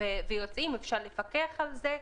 ויוצאים, אפשר לפקח על זה.